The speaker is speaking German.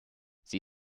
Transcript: sie